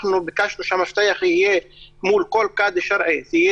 אנחנו ביקשנו שהמפתח שמול כל קאדי שרעי יהיה